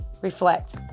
Reflect